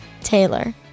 Taylor